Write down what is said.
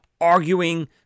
arguing